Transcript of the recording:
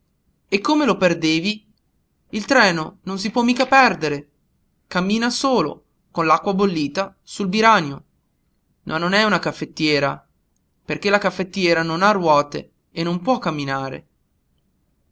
e come lo perdevi il treno non si può mica perdere cammina solo con l'acqua bollita sul biranio ma non è una caffettiera perché la caffettiera non ha ruote e non può camminare